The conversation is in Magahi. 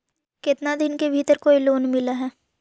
केतना दिन के भीतर कोइ लोन मिल हइ?